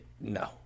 no